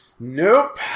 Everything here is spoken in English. Nope